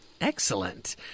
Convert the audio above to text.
Excellent